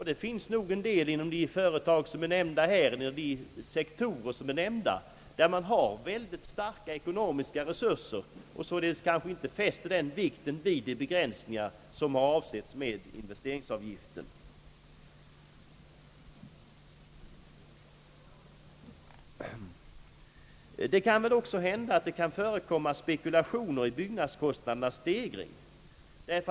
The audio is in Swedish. Det finns en hel del företag inom de sektorer, som här är nämnda, som har mycket stora ekonomiska resurser och som kanske inte fäster så stor vikt vid de begränsningar som avsetts med investeringsavgiften. Det kan också hända att det kan förekomma spekulationer när det gäller hbyggnadskostnadernas stegring.